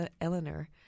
Eleanor